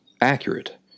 accurate